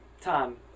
Time